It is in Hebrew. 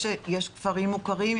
יש כפרים מוכרים,